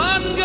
One